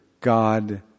God